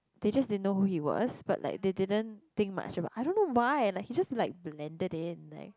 they just didn't know who he was but like they didn't think much about I don't know why like he just like blended in like